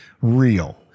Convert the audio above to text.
real